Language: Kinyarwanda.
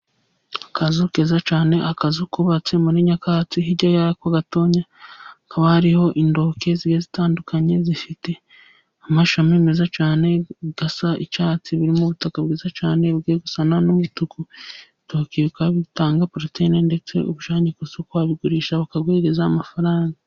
Akazu keza cyane, akazu kubatse muri nyakatsi. Hijya y'ako gato hakaba hari intoke zitandukanye zifite amashami meza cyane asa icytsi. Biri mu butaka bwiza cyane bwenda gusa n'umutuku. Ibitoki bikaba bitanga proteyine. Ndetse ubijyanye ku isoko wabigurisha bakaguha amafaranga.